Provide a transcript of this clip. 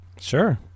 Sure